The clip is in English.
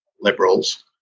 liberals